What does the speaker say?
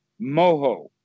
moho